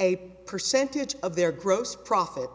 a percentage of their gross profit